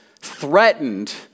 threatened